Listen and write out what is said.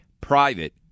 private